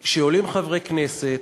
כשעולים חברי כנסת